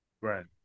Right